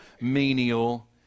menial